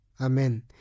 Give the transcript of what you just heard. amen